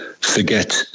forget